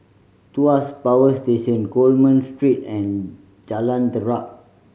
Tuas Power Station Coleman Street and Jalan Terap